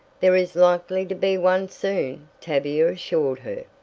there is likely to be one soon, tavia assured her.